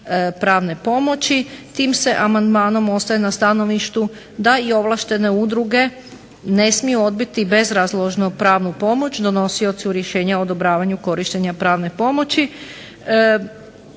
pravne pomoći." Tim se amandmanom ostaje na stanovištu da i ovlaštene udruge ne smiju odbiti bezrazložno pravnu pomoć donosiocu rješenja o odobravanju korištenja pravne pomoći.